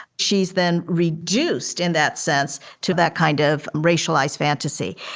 she's then reduced in that sense to that kind of racialized fantasy.